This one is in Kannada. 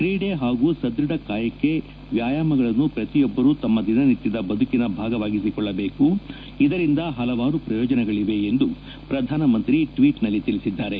ಕ್ರೀಡೆ ಹಾಗೂ ಸದೃಢ ಕಾಯಕ್ಕೆ ವ್ಯಾಯಾಮಗಳನ್ನು ಪ್ರತಿಯೊಬ್ಬರು ತಮ್ಮ ದಿನನಿತ್ಯದ ಬದುಕಿನ ಭಾಗವಾಗಿಸಿಕೊಳ್ಳಬೇಕು ಇದರಿಂದ ಹಲವಾರು ಪ್ರಯೋಜನಗಳವೆ ಎಂದು ಪ್ರಧಾನಮಂತ್ರಿ ಟ್ವೀಟ್ನಲ್ಲಿ ತಿಳಿಸಿದ್ದಾರೆ